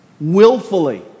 willfully